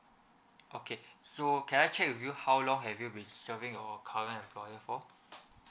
okay so can I check with you how long have you been serving your current employer for